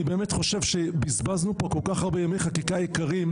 אני באמת חושב שבזבזנו פה כל כך הרבה ימי חקיקה יקרים,